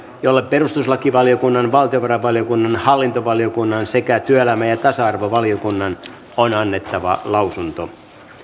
jolle perustuslakivaliokunnan valtiovarainvaliokunnan hallintovaliokunnan sekä työelämä ja ja tasa arvovaliokunnan on annettava lausunto